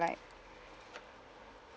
like